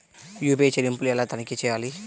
UPI చెల్లింపులు ఎలా తనిఖీ చేయాలి?